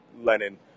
Lenin